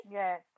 Yes